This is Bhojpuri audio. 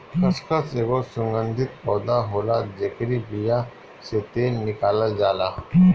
खसखस एगो सुगंधित पौधा होला जेकरी बिया से तेल निकालल जाला